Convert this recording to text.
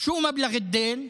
מה סכום החוב.